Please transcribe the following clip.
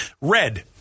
Red